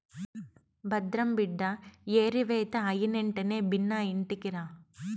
భద్రం బిడ్డా ఏరివేత అయినెంటనే బిన్నా ఇంటికిరా